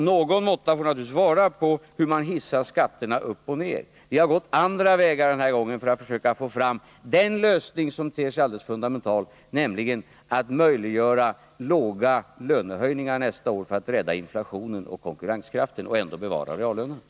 Någon måtta får det naturligtvis vara på hur man hissar skatter upp och ner. Vi har gått andra vägar den här gången, för att försöka få fram en lösning som ter sig alldeles fundamental, nämligen att möjliggöra låga lönehöjningar nästa år för att minska inflationen och rädda konkurrenskraften — och ändå bevara reallönerna.